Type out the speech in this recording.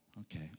Okay